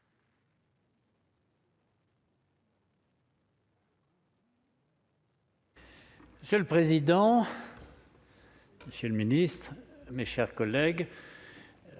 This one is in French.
Monsieur le président, monsieur le ministre, mes chers collègues,